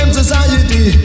society